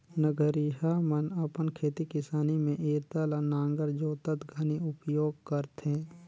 नगरिहा मन अपन खेती किसानी मे इरता ल नांगर जोतत घनी उपियोग करथे